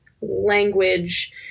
language